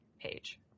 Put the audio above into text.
page